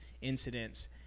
incidents